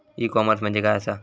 E commerce म्हणजे काय असा?